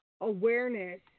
awareness